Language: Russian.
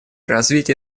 развитие